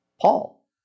Paul